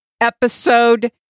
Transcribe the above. episode